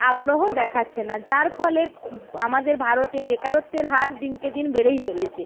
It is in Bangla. আগ্রহ দেখাচ্ছে না যার ফলে আমাদের ভারতে বেকারত্বের হার দিনকে দিন বেড়েই চলেছে